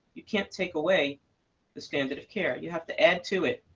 you can't take away the standard of care. you have to add to it.